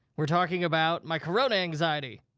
we're talking about my corona anxiety.